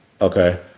Okay